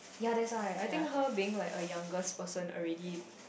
yea that's why I think her being like a youngest person already